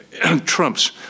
trumps